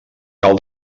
cal